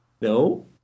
No